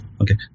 Okay